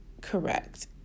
correct